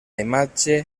imatge